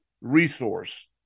resource